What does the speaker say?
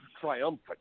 triumphant